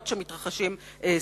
מכריחים אותם.